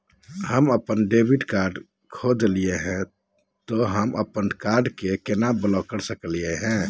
हम अपन debit card खो दे ही, त हम अप्पन कार्ड के केना ब्लॉक कर सकली हे?